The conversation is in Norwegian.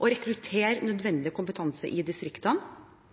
og rekruttere nødvendig kompetanse i distriktene.